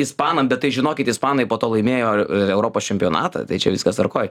ispanam bet tai žinokit ispanai po to laimėjo europos čempionatą tai čia viskas tvarkoj